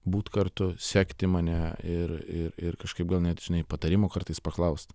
būt kartu sekti mane ir ir ir kažkaip gal net žinai patarimų kartais paklaust